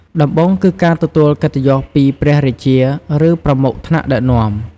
ដំបូងគឺការទទួលកិត្តិយសពីព្រះរាជា ឬ ប្រមុខថ្នាក់ដឹកនាំ។